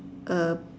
a